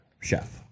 chef